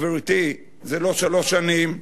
גברתי, זה לא שלוש שנים.